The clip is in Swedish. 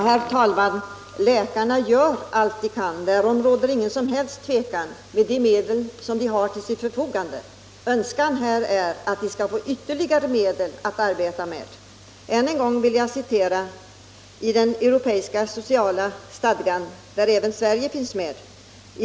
Herr talman! Läkarna gör allt de kan — därom råder inget som helst tvivel — med de medel som de har till sitt förfogande. Önskan här är att de skall få ytterligare medel att arbeta med. Ännu en gång vill jag citera den europeiska sociala stadgan, som även Sverige ansluter sig till.